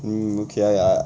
mm okay I I